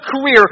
career